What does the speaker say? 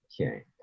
Okay